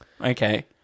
Okay